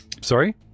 sorry